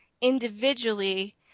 individually